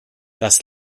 das